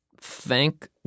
thank